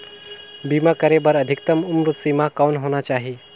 बीमा करे बर अधिकतम उम्र सीमा कौन होना चाही?